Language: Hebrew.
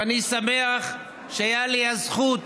ואני שמח שהייתה לי הזכות,